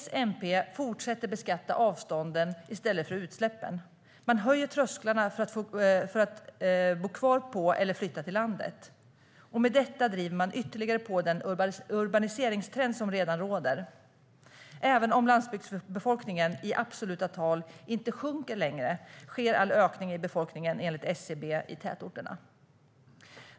S-MP fortsätter beskatta avstånden i stället för utsläppen. Man höjer trösklarna för att bo kvar på eller flytta till landet, och med detta driver man ytterligare på den urbaniseringstrend som redan råder. Även om landsbygdsbefolkningen i absoluta tal inte sjunker längre sker enligt SCB all ökning i befolkningen i tätorterna.